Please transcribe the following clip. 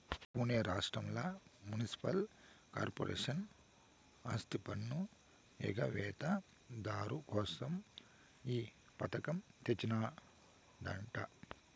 పునే రాష్ట్రంల municipal corporation ఆస్తిపన్ను ఎగవేత దారు కోసం ఈ పథకం తెచ్చినాదట